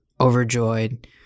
overjoyed